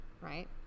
right